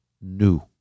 new